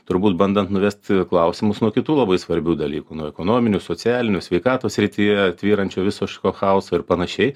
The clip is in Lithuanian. turbūt bandant nuvesti klausimus nuo kitų labai svarbių dalykų nuo ekonominių socialinių sveikatos srityje tvyrančių visiško chaoso ir panašiai